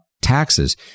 taxes